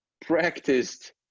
practiced